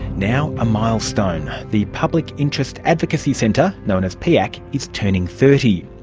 now a milestone. the public interest advocacy centre, known as piac, is turning thirty.